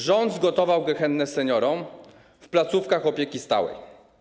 Rząd zgotował gehennę seniorom w placówkach opieki stałej.